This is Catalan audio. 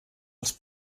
els